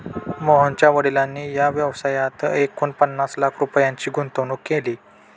मोहनच्या वडिलांनी या व्यवसायात एकूण पन्नास लाख रुपयांची गुंतवणूक केली